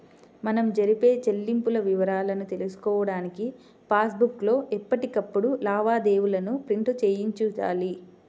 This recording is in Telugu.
మనం జరిపే చెల్లింపుల వివరాలను తెలుసుకోడానికి పాస్ బుక్ లో ఎప్పటికప్పుడు లావాదేవీలను ప్రింట్ చేయించాలి